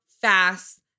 fast